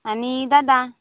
आणि दादा